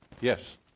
Yes